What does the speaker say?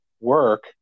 work